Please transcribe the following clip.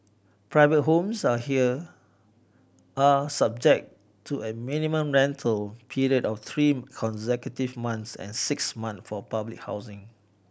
private homes are here are subject to a minimum rental period of three consecutive months and six months for public housing